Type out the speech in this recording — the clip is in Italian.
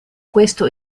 questo